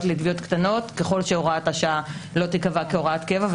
של תביעות קטנות ככל שהוראת השעה לא תיקבע כהוראת קבע.